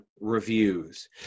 reviews